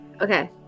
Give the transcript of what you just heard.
okay